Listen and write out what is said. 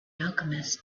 alchemist